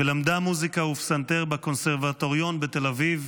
היא למדה מוזיקה ופסנתר בקונסרבטוריון בתל אביב,